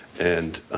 and